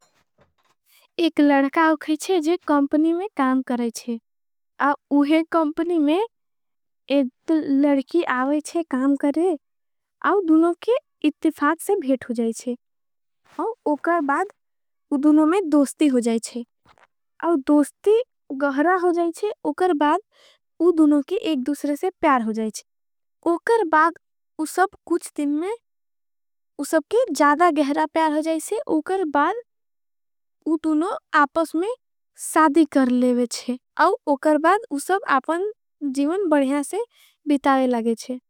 एक लड़का होगा है जो कमपणी में काम करायते है। उहे कमपणी में एक लड़की आवेशे काम करायते है। और दुनों के इतिफाक से भेट होगा है और उकर बाद। उदुनों में दोस्ती होगा है और दोस्ती गहरा होगा है। उकर बाद उदुनों के एक दुसरे से प्यार होगा है। उकर बाद उसब कुछ दिन में उसब के ज़्यादा गहरा। प्यार होगा है उकर बाद उदुनों आपस में साधी कर लेवेशे। आव उकर बाद उसब आपन जीवन बढ़ियासे बिताये लागेचे।